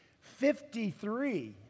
Fifty-three